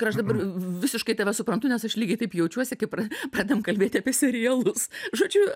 ir aš dabar visiškai tave suprantu nes aš lygiai taip jaučiuosi kai pra pradedam kalbėti apie serialus žodžiu